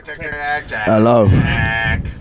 Hello